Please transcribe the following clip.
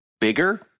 bigger